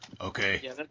Okay